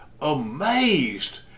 amazed